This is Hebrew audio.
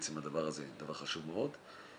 עצם הדבר הזה הוא דבר חשוב מאוד ואנחנו